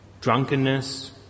drunkenness